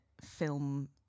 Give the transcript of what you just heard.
film